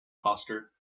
foster